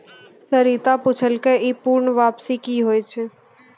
सरिता पुछलकै ई पूर्ण वापसी कि होय छै?